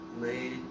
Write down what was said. made